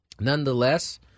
nonetheless